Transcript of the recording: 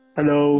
Hello